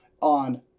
on